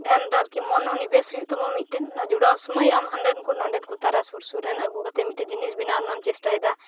ᱫᱷᱭᱮᱱ ᱨᱮ ᱟᱨᱠᱤ ᱢᱚᱱᱚᱱᱤᱵᱮᱥ ᱦᱩᱭᱩᱜ ᱛᱟᱵᱚᱱᱟ ᱢᱤᱫᱴᱮᱱ ᱡᱚᱲᱟᱣ ᱥᱳᱢᱚᱭ ᱟᱢ ᱦᱟᱰᱮᱱ ᱠᱩ ᱱᱟᱰᱮᱱ ᱠᱩ ᱛᱟᱨᱟ ᱥᱩᱨ ᱥᱩᱨ ᱨᱮ ᱟᱹᱜᱩ ᱠᱟᱛᱮ ᱢᱤᱫᱜᱴᱮᱱ ᱡᱤᱱᱤᱥ ᱵᱮᱱᱟᱣ ᱨᱮᱱᱟᱢ ᱪᱮᱥᱴᱟᱭᱮᱫᱟ